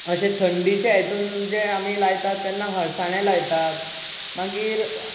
अशें थंडीचे हितून जे आमी लायतात तेन्ना अळसांदे लायतात मागीर